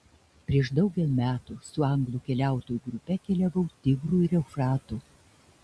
prieš daugel metų su anglų keliautojų grupe keliavau tigru ir eufratu